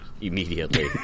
immediately